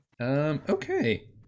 okay